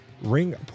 Ring